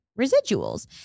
residuals